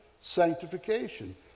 sanctification